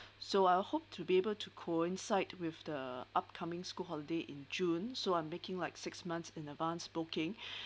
so I hope to be able to coincide with the upcoming school holiday in june so I'm making like six months in advance booking